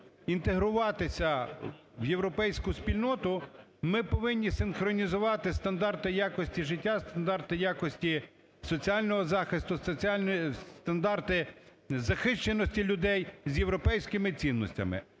інтегруватися в європейську спільноту, ми повинні синхронізувати стандарти якості життя, стандарти якості соціального захисту, стандарти захищеності людей з європейськими цінностями.